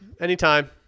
Anytime